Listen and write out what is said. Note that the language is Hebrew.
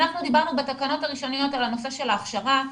דיברנו בתקנות הראשוניות על הנושא של ההכשרה,